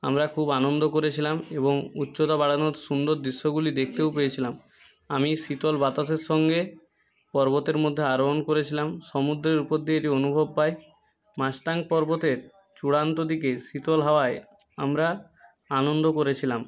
আমরা খুব আনন্দ করেছিলাম এবং উচ্চতা বাড়ানোর সুন্দর দৃশ্যগুলি দেখতেও পেয়েছিলাম আমি শীতল বাতাসের সঙ্গে পর্বতের মধ্যে আরোহণ করেছিলাম সমুদ্রের উপর দিয়ে এটি অনুভব পাই পর্বতের চূড়ান্ত দিকে শীতল হাওয়ায় আমরা আনন্দ করেছিলাম